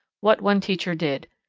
what one teacher did.